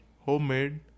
Homemade